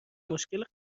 مشکل